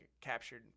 captured